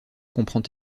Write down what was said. comprend